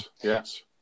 yes